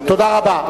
תודה רבה.